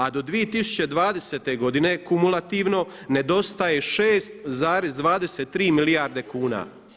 A do 2020. godine kumulativno nedostaje 6,23 milijarde kuna.